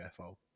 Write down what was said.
ufo